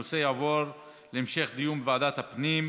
הנושא יעבור להמשך דיון בוועדת הפנים.